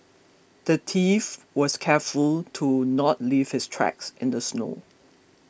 the thief was careful to not leave his tracks in the snow